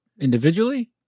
individually